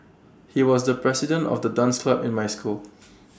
he was the president of the dance club in my school